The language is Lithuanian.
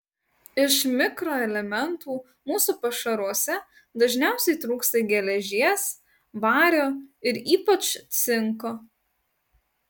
iš mikroelementų mūsų pašaruose dažniausiai trūksta geležies vario ir ypač cinko